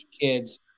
kids